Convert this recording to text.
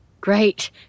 Great